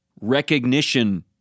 recognition